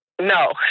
No